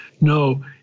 No